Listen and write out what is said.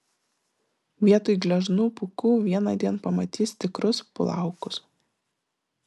vietoj gležnų pūkų vienądien pamatys tikrus plaukus